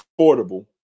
affordable